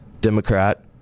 Democrat